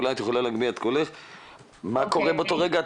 מה קורה באותו רגע?